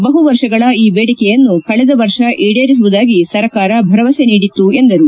ಬಹು ವರ್ಷಗಳ ಈ ಬೇಡಿಕೆಯನ್ನು ಕಳೆದ ವರ್ಷ ಈಡೇರಿಸುವುದಾಗಿ ಸರ್ಕಾರ ಭರವಸೆ ನೀಡಿತ್ತು ಎಂದರು